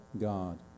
god